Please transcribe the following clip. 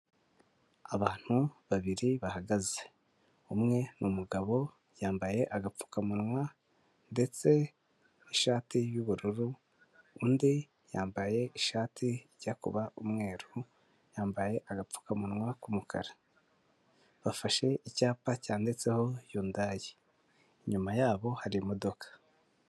Abantu babiri bahagaze, umwe ni umugabo yambaye agapfukamunwa ndetse n'ishati y'ubururu, undi yambaye ishati ijya kuba umweru, yambaye agapfukamunwa k'umukara; bafashe icyapa cyanditseho Yundayi, inyuma yabo hari imodoka.